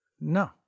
no